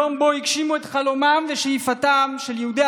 יום שבו הגשימו את חלומם ושאיפתם של יהודי